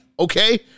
Okay